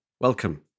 welcome